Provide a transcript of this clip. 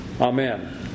Amen